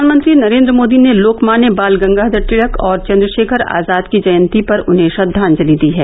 प्रधानमंत्री नरेन्द्र मोदी ने लोकमान्य बाल गंगाधर तिलक और चंद्रशेखर आजाद की जयंती पर उन्हें श्रद्वांजलि दी है